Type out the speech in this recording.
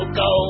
go